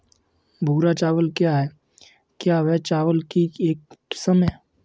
भूरा चावल क्या है? क्या यह चावल की एक किस्म है?